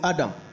Adam